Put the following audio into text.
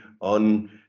on